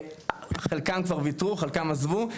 חלקם כבר ויתרו, חלקם עזבו.